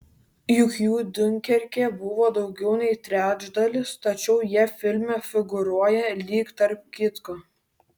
juk jų diunkerke buvo daugiau nei trečdalis tačiau jie filme figūruoja lyg tarp kitko